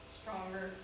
stronger